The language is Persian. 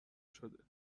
شده